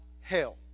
hell